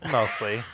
Mostly